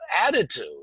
attitude